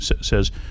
says